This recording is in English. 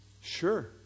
Sure